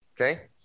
Okay